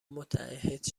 متعهد